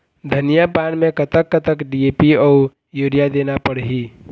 धनिया पान मे कतक कतक डी.ए.पी अऊ यूरिया देना पड़ही?